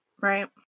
right